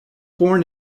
born